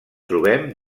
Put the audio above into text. trobem